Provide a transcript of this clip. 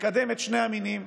שתקדם את שני המינים,